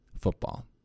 football